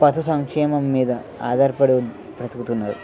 పశు సంక్షేమం మీద ఆధారపడి బ్రతుకుతున్నారు